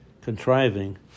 contriving